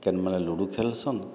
କେନ୍ ମାନେ ଲୁଡ଼ୁ ଖେଲ୍ସନ୍